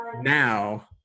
now